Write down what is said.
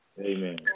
amen